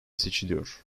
seçiliyor